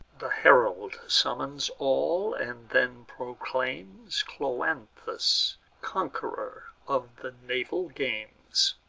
the herald summons all, and then proclaims cloanthus conqu'ror of the naval games.